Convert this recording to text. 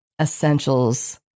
essentials